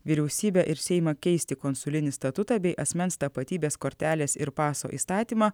vyriausybę ir seimą keisti konsulinį statutą bei asmens tapatybės kortelės ir paso įstatymą